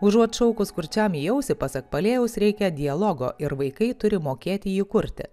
užuot šaukus kurčiam į ausį pasak palėjus reikia dialogo ir vaikai turi mokėti jį kurti